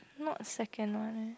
not second one eh